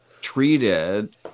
treated